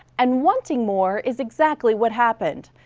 and wanting more is exactly what happened.